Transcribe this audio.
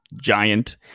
giant